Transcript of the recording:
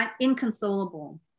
inconsolable